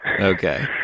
Okay